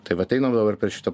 tai vat einam dabar per šitą